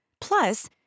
Plus